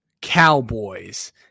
Cowboys